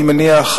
אני מניח,